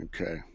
okay